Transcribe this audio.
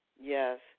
Yes